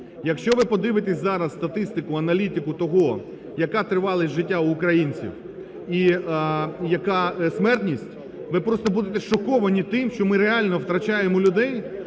Якщо ви подивитесь зараз статистику, аналітику того, яка тривалість життя у українців і яка смертність, ви просто будете шоковані тим, що ми реально втрачаємо людей